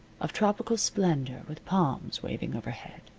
of tropical splendor, with palms waving overhead,